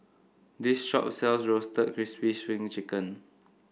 this shop sells Roasted Crispy Spring Chicken